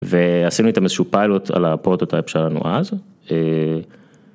ועשינו איתם איזשהו פיילוט על הפרוטוטייפ שלנו אז.